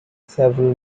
several